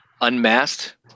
unmasked